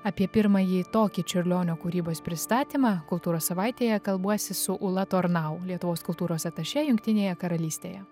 apie pirmąjį tokį čiurlionio kūrybos pristatymą kultūros savaitėje kalbuosi su ūla tornau lietuvos kultūros atašė jungtinėje karalystėje